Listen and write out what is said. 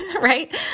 right